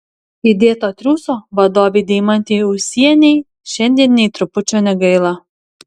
įdėto triūso vadovei deimantei ūsienei šiandien nė trupučio negaila